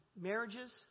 marriages